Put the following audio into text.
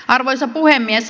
arvoisa puhemies